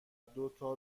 دوتا